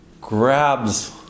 grabs